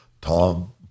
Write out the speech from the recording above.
Tom